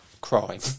crime